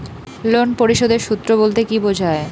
Loan পরিশোধের সূএ বলতে কি বোঝায়?